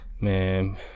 man